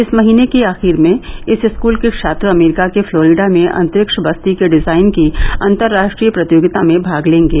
इस महीने के आखिर में इस स्कूल के छात्र अमरीका के फ्लोरिडा में अंतरिक्ष बस्ती के डिजाइन की अंतर्राष्ट्रीय प्रतियोगिता में भाग लेंगे